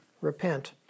Repent